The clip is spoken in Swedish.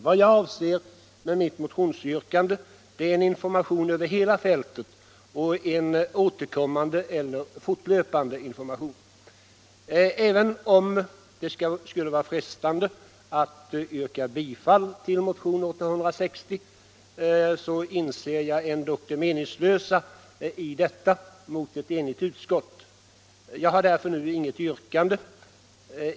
Vad jag avser med mitt motionsyrkande är information över hela fältet och en återkommande eller fortlöpande sådan. Även om det vore frestande att yrka bifall till motion nr 860 inser jag ändock det meningslösa i detta mot ett enigt utskott. Jag har därför nu inget yrkande.